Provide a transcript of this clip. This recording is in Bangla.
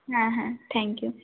হ্যাঁ হ্যাঁ থ্যাঙ্ক ইউ